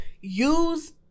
use